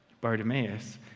Bartimaeus